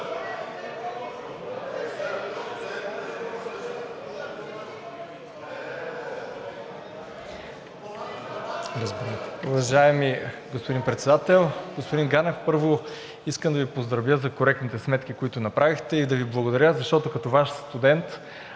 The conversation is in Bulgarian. Промяната): Уважаеми господин Председател! Господин Ганев, първо, искам да Ви поздравя за коректните сметки, които направихте, и да Ви благодаря, защото като Ваш студент